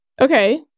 Okay